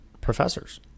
professors